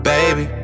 Baby